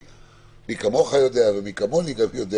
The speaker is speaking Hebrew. מי כמוך יודע ומי כמוני גם יודע